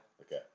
Okay